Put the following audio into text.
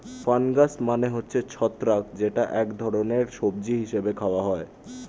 fungus মানে হচ্ছে ছত্রাক যেটা এক ধরনের সবজি হিসেবে খাওয়া হয়